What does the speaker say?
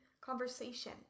Conversation